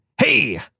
hey